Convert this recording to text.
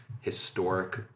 historic